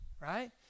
right